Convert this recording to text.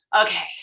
Okay